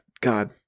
God